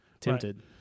tempted